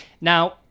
now